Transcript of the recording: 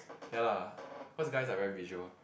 ya lah cause guys are very visual